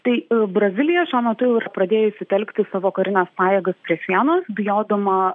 tai brazilija šiuo metu jau yra pradėjusi telkti savo karines pajėgas prie sienos bijodama